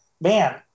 man